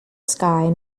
sky